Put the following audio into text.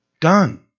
Done